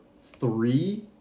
three